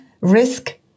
risk